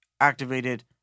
activated